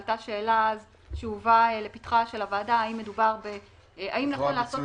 עלתה שאלה אז שהובאה לפתחה של הוועדה: האם נכון לעשות